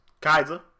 Kaiser